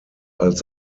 als